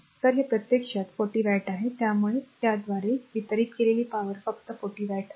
तर ते प्रत्यक्षात 40 वॅट आहे त्यामुळे याद्वारे वितरित केलेला por फक्त 40 वॅट आहे